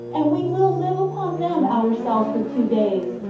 and we will live upon them ourselves for two days,